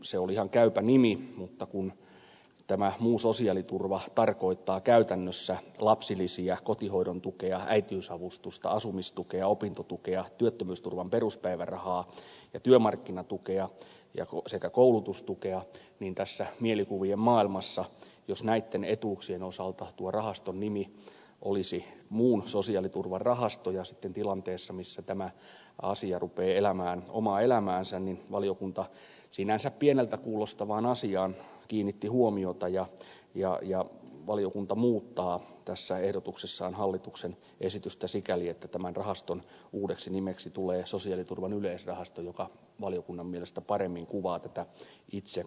se oli ihan käypä nimi mutta kun tämä muu sosiaaliturva tarkoittaa käytännössä lapsilisiä kotihoidon tukea äitiysavustusta asumistukea opintotukea työttömyysturvan peruspäivärahaa ja työmarkkinatukea sekä koulutustukea niin jos tässä mielikuvien maailmassa näitten etuuksien osalta rahaston nimi olisi muun sosiaaliturvan rahasto tilanteessa missä tämä asia rupeaa elämään omaa elämäänsä niin valiokunta sinänsä pieneltä kuulostavaan asiaan kiinnitti huomiota ja muuttaa ehdotuksessaan hallituksen esitystä sikäli että rahaston uudeksi nimeksi tulee sosiaaliturvan yleisrahasto joka valiokunnan mielestä paremmin kuvaa itse asiaa